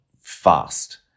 fast